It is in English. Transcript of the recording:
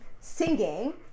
singing